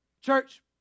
Church